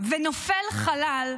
ונופל חלל,